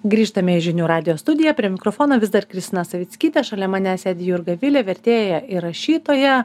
grįžtame į žinių radijo studiją prie mikrofono vis dar kristina savickytė šalia manęs sėdi jurga vilė vertėja ir rašytoja